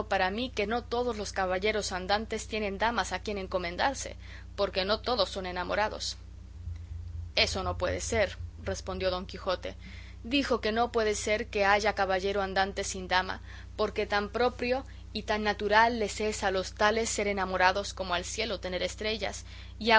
para mí que no todos los caballeros andantes tienen damas a quien encomendarse porque no todos son enamorados eso no puede ser respondió don quijote digo que no puede ser que haya caballero andante sin dama porque tan proprio y tan natural les es a los tales ser enamorados como al cielo tener estrellas y